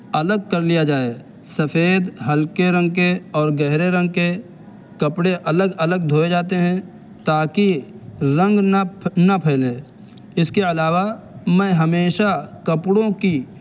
الگ کر لیا جائے سفید ہلکے رنگ کے اور گہرے رنگ کے کپڑے الگ الگ دھوئے جاتے ہیں تاکہ رنگ نہ نہ پھیلے اس کے علاوہ میں ہمیشہ کپڑوں کی